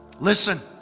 Listen